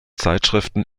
zeitschriften